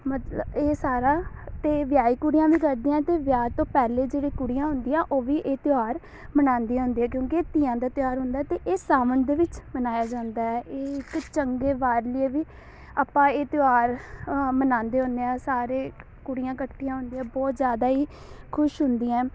ਮਤਲਬ ਇਹ ਸਾਰਾ ਤਾਂ ਵਿਆਹੀ ਕੁੜੀਆਂ ਵੀ ਕਰਦੀਆਂ ਅਤੇ ਵਿਆਹ ਤੋਂ ਪਹਿਲੇ ਜਿਹੜੇ ਕੁੜੀਆਂ ਹੁੰਦੀਆਂ ਉਹ ਵੀ ਇਹ ਤਿਉਹਾਰ ਮਨਾਉਂਦੀਆਂ ਹੁੰਦੀਆਂ ਕਿਉਂਕਿ ਇਹ ਧੀਆਂ ਦਾ ਤਿਉਹਾਰ ਹੁੰਦਾ ਹੈ ਅਤੇ ਇਹ ਸਾਵਣ ਦੇ ਵਿੱਚ ਮਨਾਇਆ ਜਾਂਦਾ ਹੈ ਇਹ ਇੱਕ ਚੰਗੇ ਵਰ ਲਈਏ ਵੀ ਆਪਾਂ ਇਹ ਤਿਉਹਾਰ ਮਨਾਉਂਦੇ ਹੁੰਦੇ ਹਾਂ ਸਾਰੇ ਕੁੜੀਆਂ ਇਕੱਠੀਆਂ ਹੁੰਦੀਆਂ ਬਹੁਤ ਜ਼ਿਆਦਾ ਹੀ ਖੁਸ਼ ਹੁੰਦੀਆਂ ਹੈ